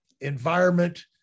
environment